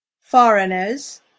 foreigners